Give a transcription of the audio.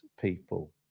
people